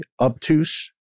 obtuse